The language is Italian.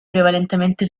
prevalentemente